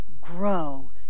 grow